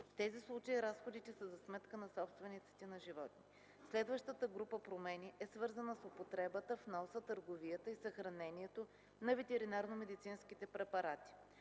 В тези случаи разходите са за сметка на собствениците на животните. Следващата група промени е свързана с употребата, вноса, търговията и съхранението на ветеринарномедицинските препарати.